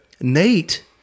Nate